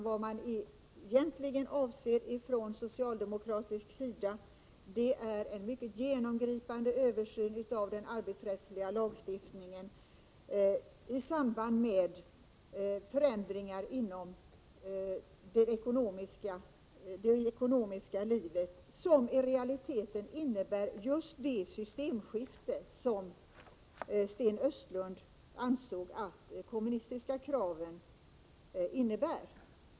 Vad man egentligen avser från socialdemokratisk sida är en mycket genomgripande översyn av den arbetsrättsliga lagstiftningen i samband med förändringar inom det ekonomiska livet, en översyn som i realiteten medför just det systemskifte som Sten Östlund ansåg att de kommunistiska kraven innebär.